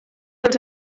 dels